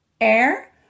air